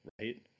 right